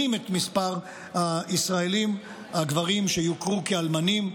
את מספר הגברים הישראלים שיוכרו כאלמנים.